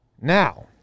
Now